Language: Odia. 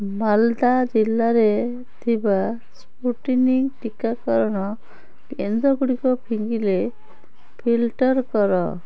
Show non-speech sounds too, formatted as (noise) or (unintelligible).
ମାଲଦା ଜିଲ୍ଲାରେ ଥିବା ସ୍ପୁଟନିକ୍ ଟିକାକରଣ କେନ୍ଦ୍ରଗୁଡ଼ିକ (unintelligible) ଫିଲ୍ଟର କର